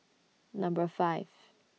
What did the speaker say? Number five